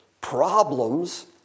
problems